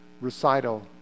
recital